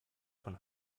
von